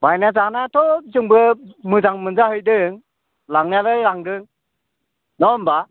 बायना जानायाथ' जोंबो मोजां मोनजाहैदों लांनायालाय लांदों नङा होमबा